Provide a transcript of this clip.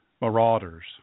marauders